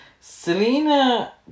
selena